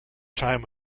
time